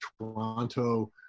Toronto